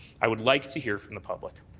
i would like to hear from the public.